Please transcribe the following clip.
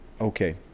Okay